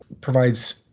provides